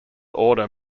order